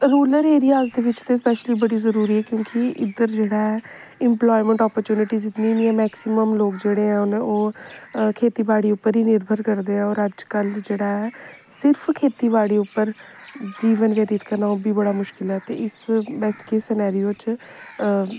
rural areas दे बिच ते स्पेशली बड़ी जरूरी ऐ क्योंकि इद्धर जेह्ड़ा ऐ एंप्लॉयमेंट अपॉर्चुनिटी इ'न्नी निं ऐ मैक्सिमम लोक जेह्डे़ हैन ओह् खेती बाड़ी उप्पर ई निर्भर करदे ऐ होर अज्जकल जेह्ड़ा ऐ सिर्फ खेती बाड़ी उप्पर जीवन व्यतीत करना ओह् बी बड़ा मुश्किल ऐ ते इस बास्तै सिनेरियो च